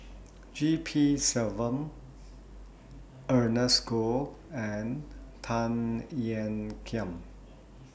G P Selvam Ernest Goh and Tan Ean Kiam